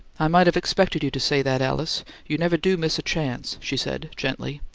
i might have expected you to say that, alice you never do miss a chance, she said, gently.